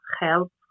help